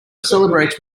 celebrates